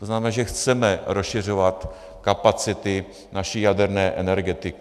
To znamená, že chceme rozšiřovat kapacity naší jaderné energetiky.